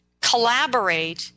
collaborate